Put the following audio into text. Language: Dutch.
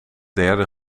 derde